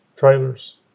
trailers